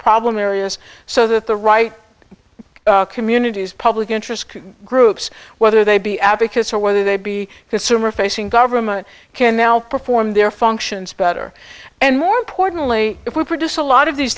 problem areas so that the right communities public interest groups whether they be advocates or whether they be consumer facing government can now perform their functions better and more importantly if we produce a lot of these